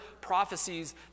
prophecies